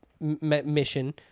mission